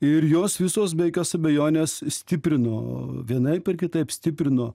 ir jos visos be jokios abejonės stiprino vienaip ar kitaip stiprino